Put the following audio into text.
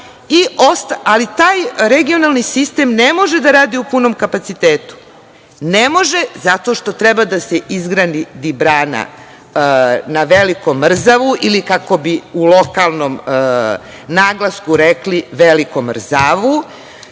ali taj regionalni sistem ne može da radi u punom kapacitetu. Ne može zato što treba da se izgradi brana na Velikom Rzavu, ili kako bi u lokalnom naglasku rekli - Velikom Rzavu.